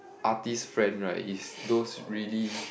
artist friend right is those really